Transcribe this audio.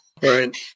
Right